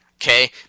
okay